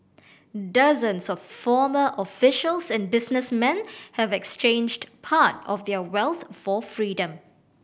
dozens of former officials and businessmen have exchanged part of their wealth for freedom